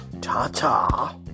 Ta-ta